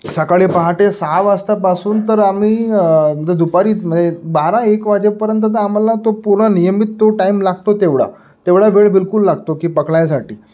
सकाळी पहाटे सहा वाजतापासून तर आम्ही ज दुपारी तर म्हणजे बारा एक वाजेपर्यंत तर आम्हाला तो पूरा नियमित तो टाईम लागतो तेवढा तेवढा वेळ बिलकुल लागतो की पकडायसाठी